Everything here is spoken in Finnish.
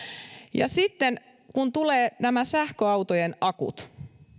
ja sitten kun tulevat nämä sähköautojen akut